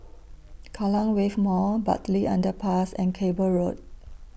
Kallang Wave Mall Bartley Underpass and Cable Road